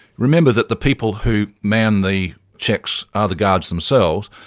remember that the people who man the checks are the guards themselves,